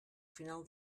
final